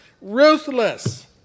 ruthless